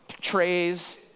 trays